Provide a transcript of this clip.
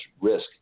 risk